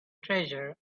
treasure